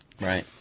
right